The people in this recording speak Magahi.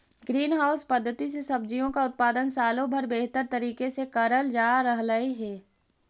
ग्रीन हाउस पद्धति से सब्जियों का उत्पादन सालों भर बेहतर तरीके से करल जा रहलई हे